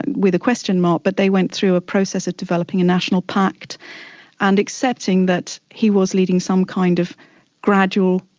with a question mark, but they went through a process of developing a national pact and accepting that he was leaving some kind of gradual,